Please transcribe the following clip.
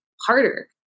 harder